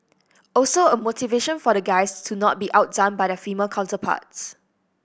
also a motivation for the guys to not be outdone by their female counterparts